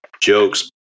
jokes